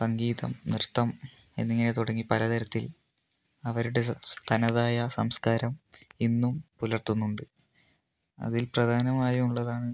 സംഗീതം നൃത്തം എന്നിങ്ങനെ തുടങ്ങി പലതരത്തിൽ അവരുടെ തനതായ സംസ്ക്കാരം ഇന്നും പുലർത്തുന്നുണ്ട് അതിൽ പ്രദാനമായും ഉള്ളതാണ്